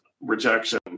rejection